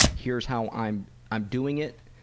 here's how i'm i'm doing it.